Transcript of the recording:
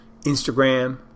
Instagram